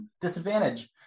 Disadvantage